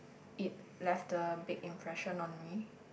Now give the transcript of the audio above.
it left a big impression on me